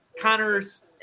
Connor's